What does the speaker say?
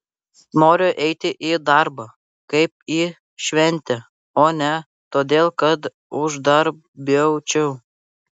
noriu eiti į darbą kaip į šventę o ne todėl kad uždarbiaučiau